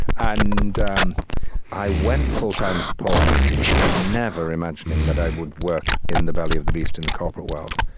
and um i went full-time as a poet never imagining that i would work in the belly of the beast in the corporate world.